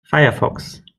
firefox